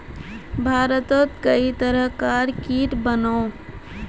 भारतोत कई तरह कार कीट बनोह